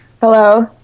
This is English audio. hello